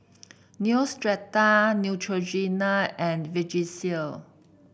Neostrata Neutrogena and Vagisil